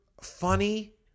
funny